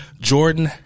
Jordan